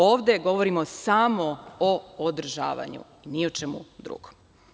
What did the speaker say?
Ovde govorimo samo o održavanju, ni o čemu drugom.